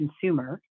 consumer